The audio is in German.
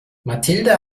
mathilde